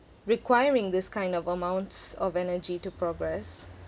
requiring this kind of amounts of energy to progress